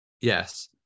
Yes